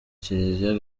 kiliziya